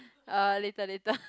uh later later